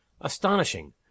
Astonishing